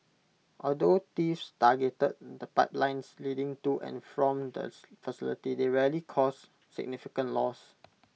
although thieves targeted the the pipelines leading to and from the facility they rarely caused significant loss